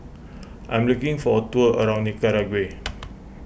I'm looking for a tour around Nicaragua